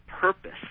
purpose